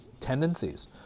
tendencies